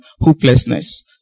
hopelessness